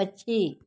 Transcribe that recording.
पक्षी